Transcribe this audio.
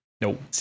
Nope